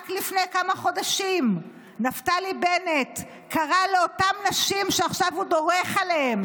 רק לפני כמה חודשים נפתלי בנט קרא לאותן נשים שעכשיו הוא דורך עליהן,